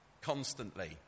constantly